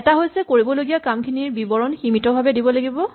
এটা হৈছে কৰিবলগীয়া কামখিনিৰ বিৱৰণ সীমিতভাৱে দিব লাগিব